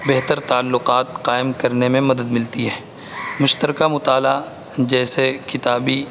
بہتر تعلقات قائم کرنے میں مدد ملتی ہے مشترکہ مطالعہ جیسے کتابی